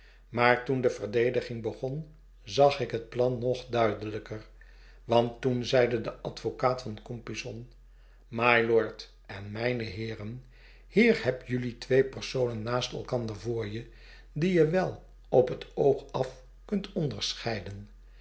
maar toen de verdediging begon zag ik het plan nog duidelijker want toen zeide de advocaat voor compeyson mylord en mijne heeren hier heb jelui twee personen naast elkander voor je die je wel op het oog af kunt onderscheiden